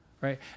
right